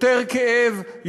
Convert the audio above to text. יותר כאב,